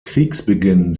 kriegsbeginn